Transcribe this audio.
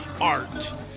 art